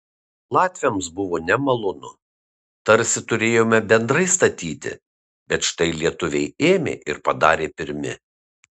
latviams buvo nemalonu tarsi turėjome bendrai statyti bet štai lietuviai ėmė ir padarė pirmi